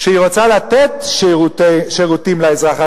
שהיא רוצה לתת שירותים לאזרח,